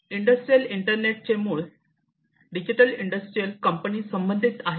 industrial इंटरनेटचे मूळ digital industrial company संबंधित आहे